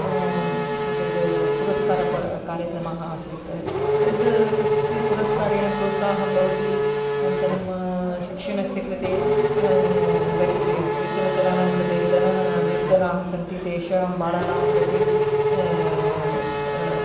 एतद् पुरस्कारकार्यक्रमः आसीत् तत् तस्य पुरस्कारेण प्रोत्साहं भवति अनन्तरं शिक्षणस्य कृते केचनजनानां कृते धन निर्धनाः सन्ति तेषां बालानां कृते